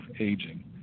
aging